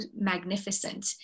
magnificent